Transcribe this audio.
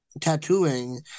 tattooing